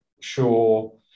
sure